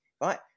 right